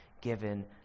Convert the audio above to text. given